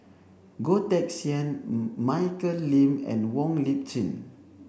Goh Teck Sian Michelle Lim and Wong Lip Chin